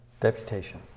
Deputation